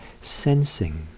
sensing